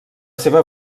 seva